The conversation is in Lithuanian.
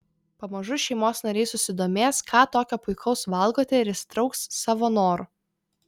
pamažu šeimos nariai susidomės ką tokio puikaus valgote ir įsitrauks savo noru